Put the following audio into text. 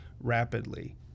rapidly